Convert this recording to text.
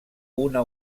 una